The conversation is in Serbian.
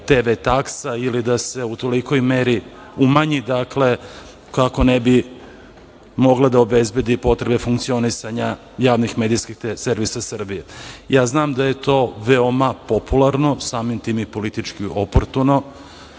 TV taksa, ili da se u tolikoj meri umanji, dakle, kako ne bi mogla da obezbedi potrebe funkcionisanja javnih medijskih servisa Srbije. Znam da je to veoma popularno, samim tim i politički oportuno,